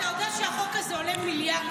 אתה יודע שהחוק הזה עולה מיליארד שקל?